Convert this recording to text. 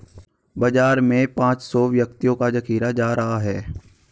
बाजार में पांच सौ व्यक्तियों का जखीरा जा रहा है